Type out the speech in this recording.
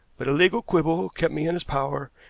but a legal quibble kept me in his power,